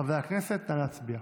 חברי הכנסת, נא להצביע.